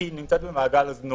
כי היא נמצאת במעגל הזנות.